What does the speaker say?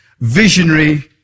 visionary